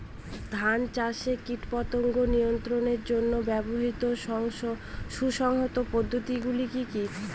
ধান চাষে কীটপতঙ্গ নিয়ন্ত্রণের জন্য ব্যবহৃত সুসংহত পদ্ধতিগুলি কি কি?